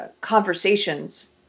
conversations